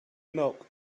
milk